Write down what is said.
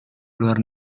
luar